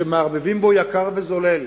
שמערבבים בו יקר וזולל,